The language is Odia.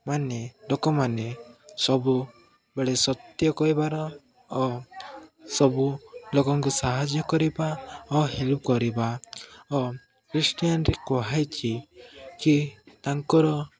ମାନେ ଲୋକମାନେ ସବୁବେଳେ ସତ୍ୟ କହିବାର ଓ ସବୁ ଲୋକଙ୍କୁ ସାହାଯ୍ୟ କରିବା ଓ ହେଲ୍ପ କରିବା ଓ ଖ୍ରୀଷ୍ଟିୟାନ୍ରେ କୁହାହେଇଛି କି ତାଙ୍କର